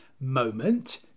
moment